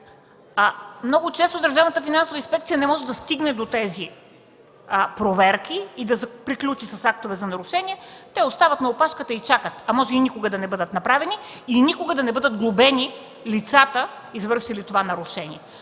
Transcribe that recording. инспекция не може да стигне до тези проверки и да приключи с актове за нарушение, те остават на опашката и чакат, може и никога да не бъдат направени или никога да не бъдат глобени лицата, извършили това нарушение.